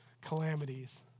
calamities